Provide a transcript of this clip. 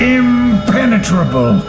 impenetrable